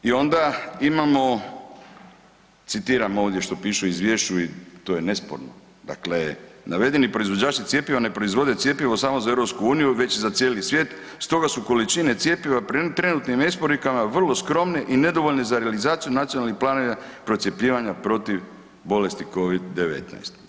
I onda imamo, citiram ovdje što piše u Izvješću i to je nesporno, dakle, navedeni proizvođači cjepiva ne proizvode cjepivo samo za EU već za cijeli svijet, stoga su količine cjepiva prema trenutnim isporukama vrlo skromne i nedovoljne za realizaciju nacionalnih planova procjepljivanja protiv bolesti Covid-19.